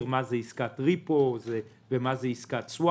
מה זה עסקת repose ומה זה עסקת swap.